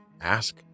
Ask